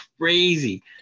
crazy